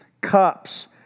cups